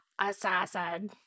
Assassin